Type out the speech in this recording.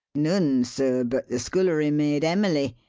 none, sir, but the scullery maid emily,